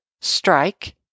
strike